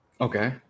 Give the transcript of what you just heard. Okay